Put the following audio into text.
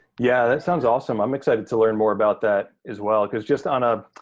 yeah, that sounds awesome. i'm excited to learn more about that as well cause just on a,